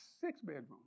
Six-bedrooms